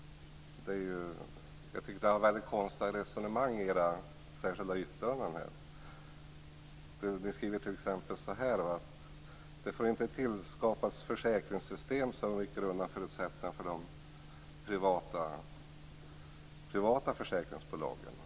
Ni har väldigt konstiga resonemang i era särskilda yttranden. Ni skriver t.ex. att det inte får tillskapas försäkringssystem som rycker undan förutsättningarna för de privata försäkringsbolagen.